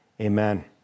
Amen